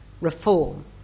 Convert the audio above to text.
reform